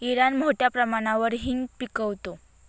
Iran मोठ्या प्रमाणावर हिंग पिकवतो